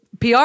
PR –